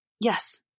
Yes